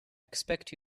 expect